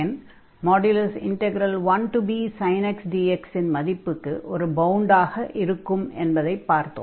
2 என்ற எண் 1bsin x dx இன் மதிப்புக்கு ஒரு பவுண்டாக இருக்கும் என்பதைப் பார்த்தோம்